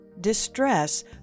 Distress